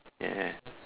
ya